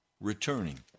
returning